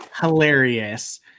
hilarious